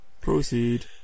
proceed